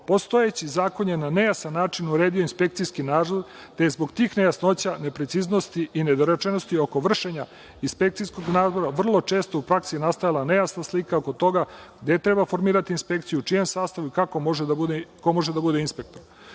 postojeći zakon je na nejasan način uredio inspekcijski nadzor te je zbog tih nejasnoća, nepreciznosti i nedorečenosti oko vršenja inspekcijskog nadzora vrlo često u praksi nastajala nejasna slika oko toga gde je trebao formirati inspekciju, u čijem sastavu i ko može da bude inspektor. Novi